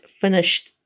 finished